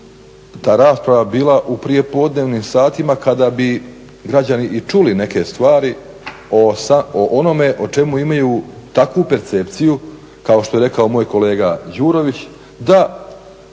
ta rasprava bila u prijepodnevnim satima kada bi građani i čuli neke stvari o onome o čemu imaju takvu percepciju kao što je rekao moj kolega Đurović da